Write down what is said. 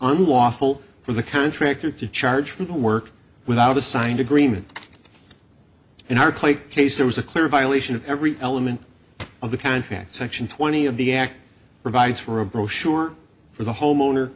unlawful for the contractor to charge for the work without a signed agreement and her claim case there was a clear violation of every element of the contract section twenty of the act provides for a brochure for the home owner